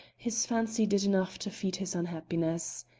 his fancy did enough to feed his unhappiness.